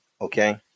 okay